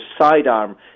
sidearm